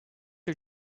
her